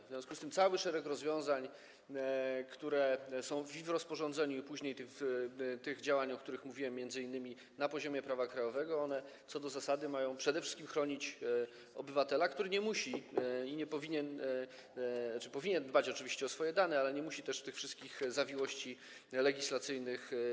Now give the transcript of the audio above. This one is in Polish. W związku z tym cały szereg rozwiązań, które wynikają z rozporządzenia, oraz później tych działań, o których mówiłem, m.in. na poziomie prawa krajowego, co do zasady ma przede wszystkim chronić obywatela, który nie musi i nie powinien, tzn. oczywiście powinien dbać o swoje dane, ale nie musi znać tych wszystkich zawiłości legislacyjnych.